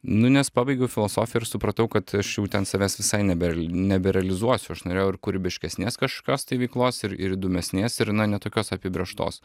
nu nes pabaigiau filosofiją ir supratau kad aš jau ten savęs visai nebe neberealizuosiu aš norėjau ir kūrybiškesnės kažkokios tai veiklos ir ir įdomesnės ir na ne tokios apibrėžtos